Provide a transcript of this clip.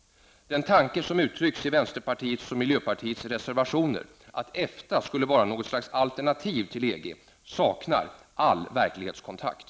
Den tanke som uttrycks i vänsterpartiets och miljöpartiets reservationer, att EFTA skulle vara något slags alternativ till EG, saknar all verklighetskontakt.